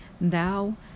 Thou